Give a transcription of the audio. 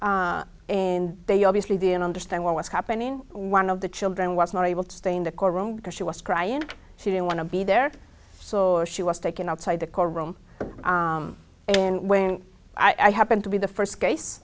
old and they obviously didn't understand what was happening one of the children was not able to stay in the courtroom because she was crying and she didn't want to be there so she was taken outside the court room and when i happened to be the first case